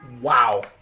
Wow